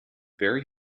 very